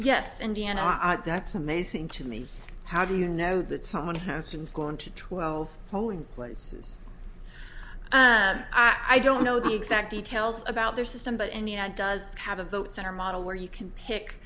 yes indiana that's amazing to me how do you know that someone has to go into twelve polling places i don't know the exact details about their system but in the united does have a vote center model where you can pick